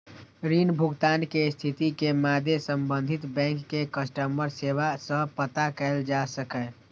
ऋण भुगतान के स्थिति के मादे संबंधित बैंक के कस्टमर सेवा सं पता कैल जा सकैए